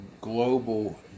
global